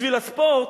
בשביל הספורט,